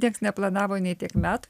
nieks neplanavo nei tiek metų